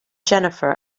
jennifer